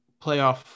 playoff